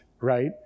right